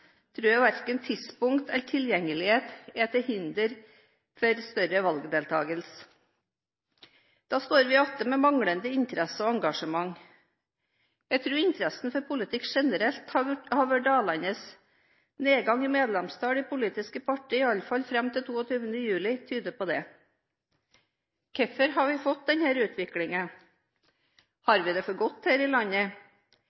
jeg verken tidspunkt eller tilgjengelighet er til hinder for større valgdeltagelse. Da står vi igjen med manglende interesse og engasjement. Jeg tror interessen for politikk generelt har vært dalende. Nedgang i medlemstall i politiske partier, i alle fall fram til 22. juli, tyder på det. Hvorfor har vi fått denne utviklinga? Har vi det for godt her